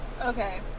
Okay